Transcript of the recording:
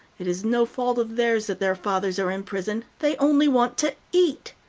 it is no fault of theirs that their fathers are in prison they only want to eat.